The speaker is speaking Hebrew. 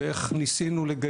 אותנו.